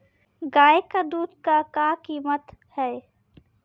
गाय क दूध क कीमत का हैं?